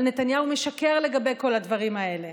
אבל נתניהו משקר לגבי כל הדברים האלה,